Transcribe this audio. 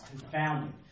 confounding